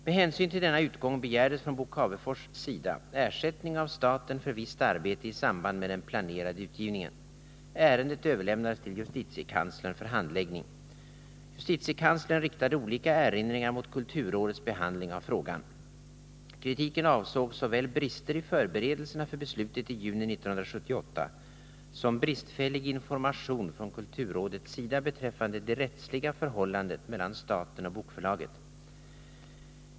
Med hänsyn till denna utgång begärdes från Bo Cavefors sida ersättning av staten för visst arbete i samband med den planerade utgivningen. Ärendet överlämnades till justitiekanslern för handläggning. Justitiekanslern riktade olika erinringar mot kulturrådets behandling av frågan. Kritiken avsåg såväl brister i förberedelserna för beslutet i juni 1978 som bristfällig information från kulturrådets sida beträffande det rättsliga förhållandet mellan staten och bokförlaget.